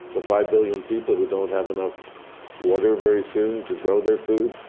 the five billion people who don't have enough water very soon to grow their food,